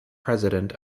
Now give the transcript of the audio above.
president